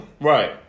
Right